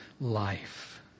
life